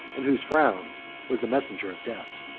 and whose frown was the messenger of death.